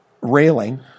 railing